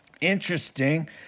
Interesting